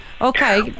okay